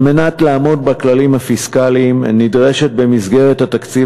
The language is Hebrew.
על מנת לעמוד בכללים הפיסקליים נדרשת במסגרת התקציב